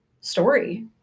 story